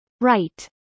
Right